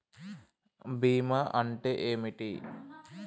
బీమా అంటే ఏమిటి?